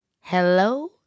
Hello